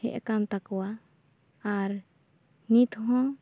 ᱦᱮᱡ ᱟᱠᱟᱱ ᱛᱟᱠᱚᱭᱟ ᱟᱨ ᱱᱤᱛ ᱦᱚᱸ